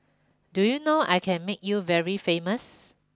do you know I can make you very famous